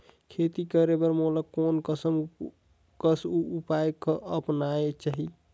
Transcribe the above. खेती करे बर मोला कोन कस उपाय अपनाये चाही?